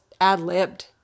ad-libbed